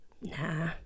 Nah